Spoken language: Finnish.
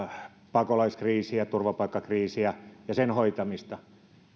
pakolaiskriisiä turvapaikkakriisiä ja sen hoitamista